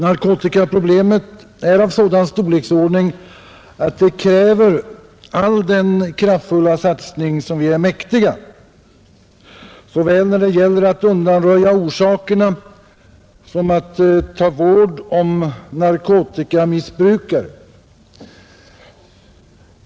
Narkotikaproblemet är av sådan storleksordning att det kräver all den kraftfulla satsning som vi är mäktiga, såväl när det gäller att undanröja orsakerna som att ta vård om narkotikamissbrukare.